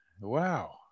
wow